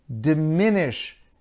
diminish